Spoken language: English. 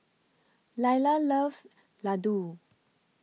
Laila loves Ladoo